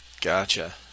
Gotcha